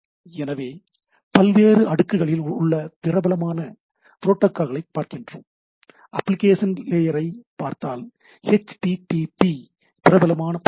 எனவே பல்வேறு அடுக்குகளில் உள்ள பிரபலமான ப்ரோட்டோகால்களை பார்க்கிறோம் அப்ளிகேஷன் லேயரை பார்த்தால் எச் டி டி பி பிரபலமான ப்ரோட்டோகால்